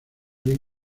bien